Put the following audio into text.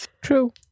True